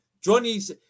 Johnny's